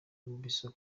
mobisol